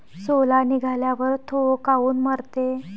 सोला निघाल्यावर थो काऊन मरते?